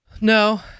No